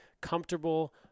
comfortable